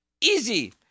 Easy